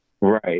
Right